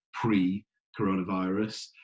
pre-coronavirus